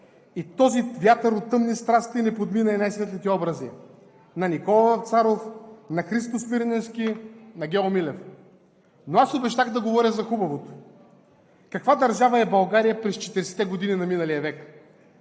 и този вятър от тъмни страсти не подмина и най-светлите образи на Никола Вапцаров, на Христо Смирненски, на Гео Милев. Но аз обещах да говоря за хубавото. Каква държава е България през 40-те години на миналия век?